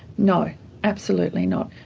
no, absolutely not.